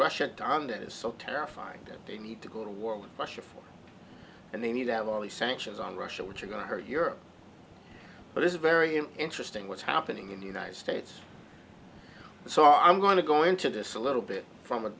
russia don that is so terrifying that they need to go to war with russia and they need to have all these sanctions on russia which are going to hurt europe but it's very interesting what's happening in the united states so i'm going to go into this a little bit from